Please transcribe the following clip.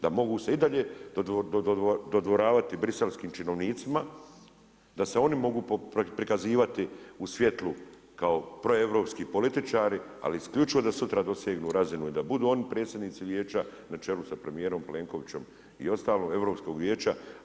Da mogu se i dalje dodvoravati briselskim činovnicima, da se oni mogu prikazivati u svjetlu kao proeuropski političari, ali isključivo da sutra dosegnu razinu i da budu oni predsjednici vijeća na čelu s premjerom Plenkovićem i ostalim Europskog vijeća.